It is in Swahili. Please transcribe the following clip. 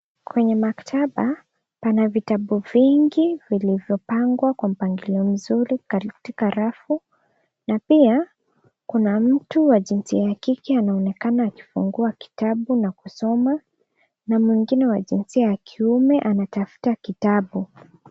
Kwenye maktaba, pana vitabu vingi vilivyopangwa kwenye mpangilio mzuri katika rafu na pia kuna mtu wa jinsia ya kike anaonekana akifungua kitabu na kusoma. Na mwengine wa jinsia ya kiume anatafuta kitabu.